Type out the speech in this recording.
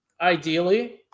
ideally